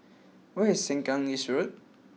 where is Sengkang East Road